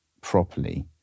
properly